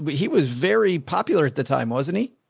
but he was very popular at the time. wasn't he?